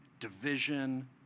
division